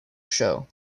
show